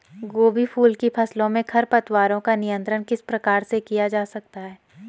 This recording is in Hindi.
गोभी फूल की फसलों में खरपतवारों का नियंत्रण किस प्रकार किया जा सकता है?